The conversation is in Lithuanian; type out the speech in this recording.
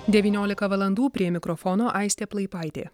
devyniolika valandų prie mikrofono aistė plaipaitė